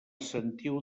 sentiu